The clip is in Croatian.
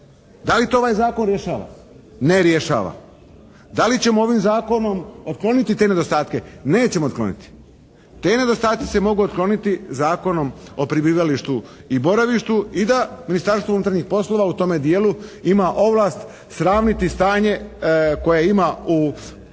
Da li to ovaj zakon rješava? Ne rješava. Da li ćemo ovim zakonom otkloniti te nedostatke? Nećemo otkloniti. Ti nedostaci se mogu otkloniti Zakonom o prebivalištu i boravištu i da Ministarstvo unutarnjih poslova u tome djelu ima ovlast sravniti stanje koje ima u